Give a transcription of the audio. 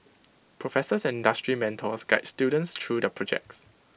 professors and industry mentors guide students through their projects